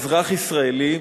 אזרח ישראלי,